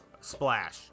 Splash